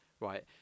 right